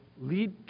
lead